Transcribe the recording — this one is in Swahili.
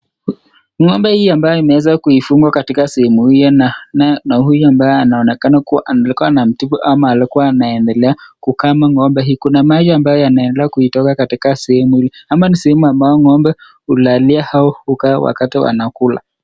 Ng'ombe hii ambaye imeweza kuifungwa na huyu ambaye anaonekana, alikuwa anamtibu ama alikuwa kukama ng'ombe hii, kuna maji ambaye anaendelea kutoka kutoka sehemu ama ni sehemu ambayo ng'ombe hulalia wakati anakula.